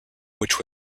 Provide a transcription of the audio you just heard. which